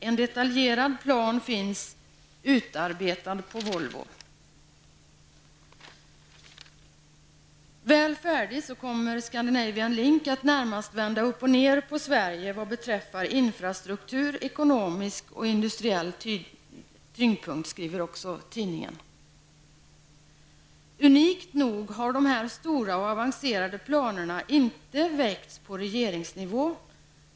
- En detaljerad plan, utarbetad på Volvo, finns klar. -- Väl färdig kommer också Scandinavian Link att närmast vända upp och ner på Sverige vad beträffar infrastruktur, ekonomisk och industriell tidpunkt.- - Unikt nog har de här stora och avancerade planerna inte väckts på regeringsnivå.